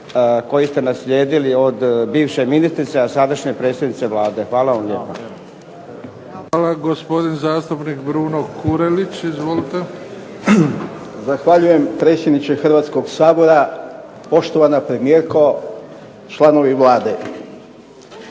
koji ste naslijedili od bivše ministrice, a sadašnje predsjednice Vlade. Hvala vam lijepa. **Bebić, Luka (HDZ)** Hvala. Gospodin zastupnik Bruno Kurelić. Izvolite. **Kurelić, Bruno (SDP)** Zahvaljujem predsjedniče Hrvatskog sabora, poštovana premijerko, članovi Vlade.